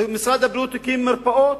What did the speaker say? משרד הבריאות הקים מרפאות.